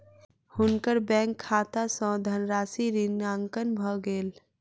हुनकर बैंक खाता सॅ धनराशि ऋणांकन भ गेल